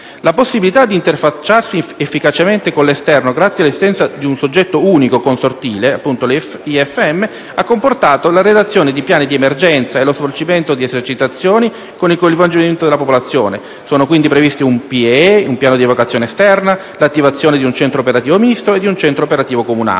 La possibilità di interfacciarsi efficacemente con l'esterno grazie all'esistenza di un soggetto unico consortile quale la IFM Ferrara ha comportato la redazione di piani di emergenza e lo svolgimento di esercitazioni con il coinvolgimento della popolazione. Sono previsti, dunque, un Piano di emergenza esterna (PEE) e l'attivazione di un Centro operativo misto (COM) e di un Centro operativo comunale